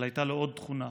אבל הייתה לו עוד תכונה: